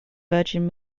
virgin